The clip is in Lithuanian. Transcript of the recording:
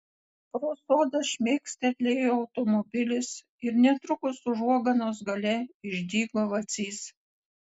pro sodą šmėkštelėjo automobilis ir netrukus užuoganos gale išdygo vacys